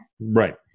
Right